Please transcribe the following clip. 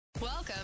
Welcome